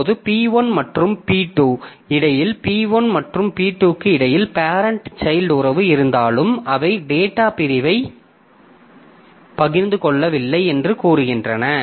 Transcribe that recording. இப்போது P1 மற்றும் P2 க்கு இடையில் P1 மற்றும் P2 க்கு இடையில் பேரெண்ட் சைல்ட் உறவு இருந்தாலும் அவை டேட்டா பிரிவை பகிர்ந்து கொள்ளவில்லை என்று கூறுகின்றன